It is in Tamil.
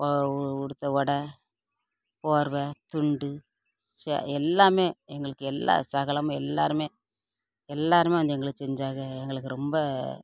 உடுத்த உட போர்வை துண்டு எல்லாம் எங்களுக்கு எல்லா சகலமும் எல்லோருமே எல்லோருமே வந்து எங்களுக்கு செஞ்சாக எங்களுக்கு ரொம்ப